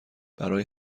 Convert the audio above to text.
برای